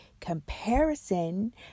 comparison